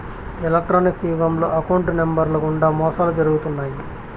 electronics యుగంలో account నెంబర్లు గుండా మోసాలు జరుగుతున్నాయి